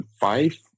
five